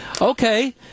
Okay